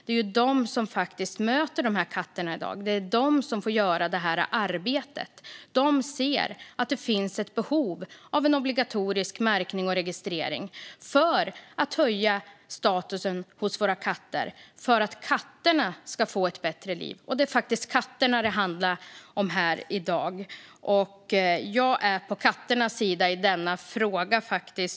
Det är ju de som faktiskt möter dessa katter i dag. Det är de som får göra arbetet. De ser att det finns ett behov av en obligatorisk märkning och registrering för att höja statusen för våra katter och för att katterna ska få ett bättre liv. Det är faktiskt katterna det handlar om här i dag. Jag är på katternas sida i denna fråga.